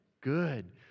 good